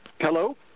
Hello